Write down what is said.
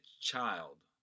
child